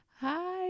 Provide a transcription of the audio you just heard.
hi